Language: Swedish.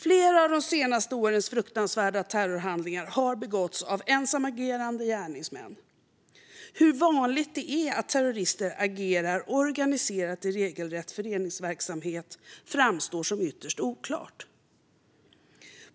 Flera av de senaste årens fruktansvärda terrorhandlingar har begåtts av ensamagerande gärningsmän. Hur vanligt det är att terrorister agerar organiserat i regelrätt föreningsverksamhet framstår som ytterst oklart.